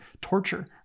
torture